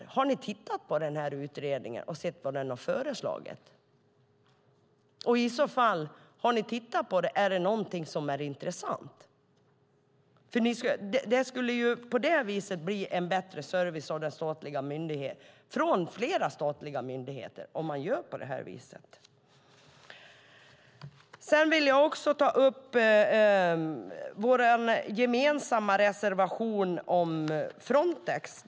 Har ni tittat på den här utredningen och sett vad den har föreslagit? Och om ni har tittat på den, finns det någonting som är intressant? Om man gör på det viset skulle det bli en bättre service från flera statliga myndigheter. Jag vill också ta upp vår gemensamma reservation om Frontex.